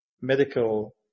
medical